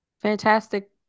fantastic